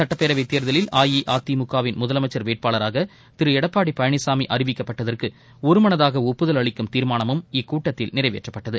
சுட்டப்பேரவைத் தேர்தலில் அஇஅதிமுக வின் முதலமைச்சர் வேட்பாளராக திரு எடப்பாடி பழனிசாமி அறிவிக்கப்பட்டதற்கு ஒருமனதாக ஒப்புதல் அளிக்கும் தீர்மானமும் இக்கூட்டத்தில் நிறைவேற்றப்பட்டது